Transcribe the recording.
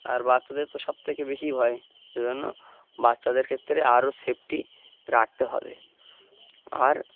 আর বাচ্চাদের তো সবথেকে বেশি ভয় সেই জন্য বাচ্চাদের ক্ষেত্রে আরও সেফটি রাখতে হবে আর